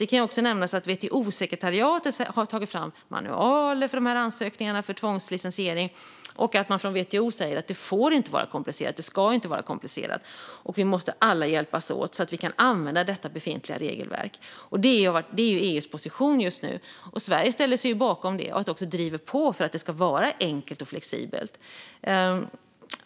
Det kan också nämnas att WTO-sekretariatet har tagit fram manualer för ansökningarna om tvångslicensiering, och WTO säger att det inte får vara komplicerat. Det ska inte vara komplicerat. Vi måste alla hjälpas åt så att vi kan använda detta befintliga regelverk. Det är EU:s position just nu, och Sverige ställer sig bakom den och driver också på för att det ska vara enkelt och flexibelt.